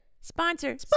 Sponsor